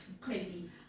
crazy